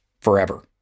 forever